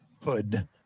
hood